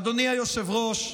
אדוני היושב-ראש,